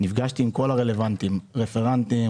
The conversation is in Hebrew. נפגשתי עם כל הרלוונטיים: רפרנטים,